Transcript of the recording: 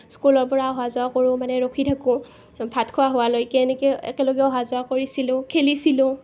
স্কুলৰ পৰা অহা যোৱা কৰোঁ মানে ৰখি থাকোঁ ভাত খোৱা হোৱালৈকে এনেকৈ একেলগে অহা যোৱা কৰিছিলো খেলিছিলো